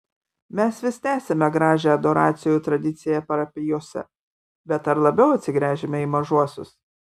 mes vis tęsiame gražią adoracijų tradiciją parapijose bet ar labiau atsigręžiame į mažuosius